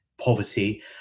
poverty